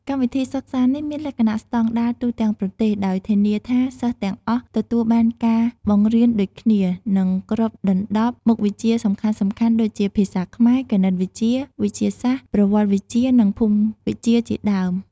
កម្មវិធីសិក្សានេះមានលក្ខណៈស្តង់ដារទូទាំងប្រទេស ដោយធានាថាសិស្សទាំងអស់ទទួលបានការបង្រៀនដូចគ្នា និងគ្របដណ្តប់មុខវិជ្ជាសំខាន់ៗដូចជា ភាសាខ្មែរ គណិតវិទ្យា វិទ្យាសាស្ត្រ ប្រវត្តិវិទ្យា និងភូមិវិទ្យាជាដើម។